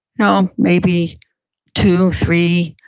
no, maybe two, three,